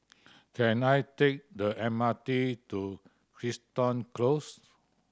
can I take the M R T to Crichton Close